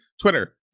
Twitter